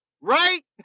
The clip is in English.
Right